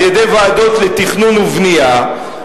על-ידי ועדות לתכנון ובנייה,